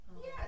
yes